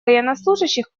военнослужащих